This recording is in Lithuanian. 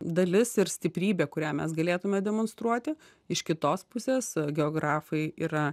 dalis ir stiprybė kurią mes galėtume demonstruoti iš kitos pusės geografai yra